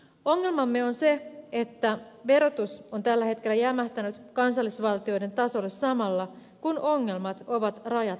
ongelmamme on se että verotus on tällä hetkellä jämähtänyt kansallisvaltioiden tasolle samalla kun ongelmat ovat rajat ylittäviä